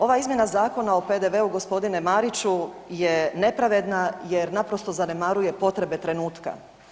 Ova izmjena Zakona o PDV-u gospodine Mariću je nepravedna jer naprosto zanemaruje potrebe trenutka.